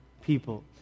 people